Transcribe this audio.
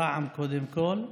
ברע"מ, קודם כול,